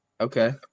okay